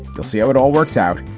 you'll see how it all works out.